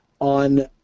on